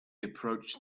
approached